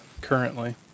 currently